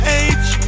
age